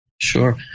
Sure